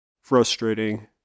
Frustrating